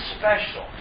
special